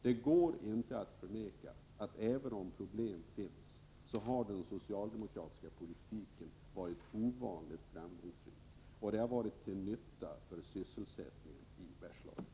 Det går inte att förneka att även om det finns problem så har den socialdemokratiska politiken varit ovanligt framgångsrik, och det har varit till nytta för sysselsättningen i Bergslagen.